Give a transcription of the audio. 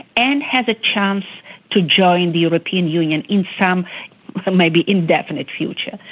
and has a chance to join the european union in some maybe indefinite future.